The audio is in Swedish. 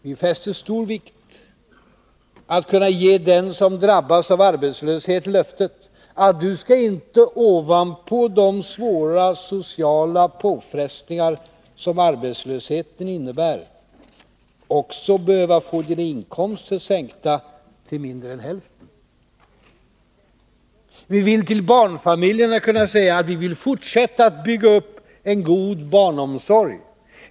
Vi fäster stor vikt vid att kunna ge den som drabbas av arbetslöshet löftet: Du skall inte, ovanpå de svåra sociala påfrestningar som arbetslösheten innebär, också behöva få dina inkomster sänkta till mindre än hälften. Vi vill till barnfamiljerna kunna säga att vi vill fortsätta att bygga ut en god barnomsorg.